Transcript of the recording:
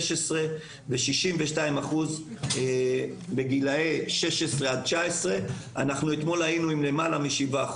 שנים ו-62% בגילי 16 19. אתמול היינו עם למעלה מ-7%,